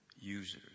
users